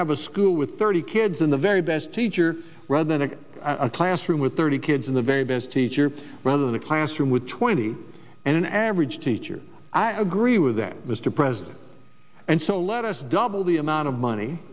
have a school with thirty kids in the very best teacher rather than a classroom with thirty kids in the very best teacher rather than a classroom with twenty and an average teacher i agree with that mr president and so let us double the amount of money